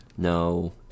No